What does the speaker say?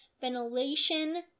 ventilation